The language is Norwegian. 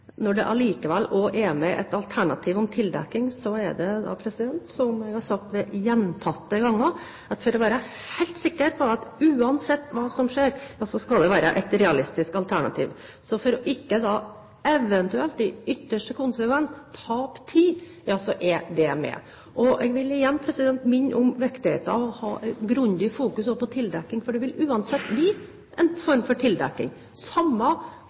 Når det allikevel også er med et alternativ om tildekking, er det, som jeg har sagt gjentatte ganger, for å være helt sikker på at uansett hva som skjer, så skal det være et realistisk alternativ. Så for ikke eventuelt i ytterste konsekvens å tape tid er det med. Jeg vil igjen minne om viktigheten av å fokusere grundig også på tildekking, for det vil uansett bli en form for tildekking. Samme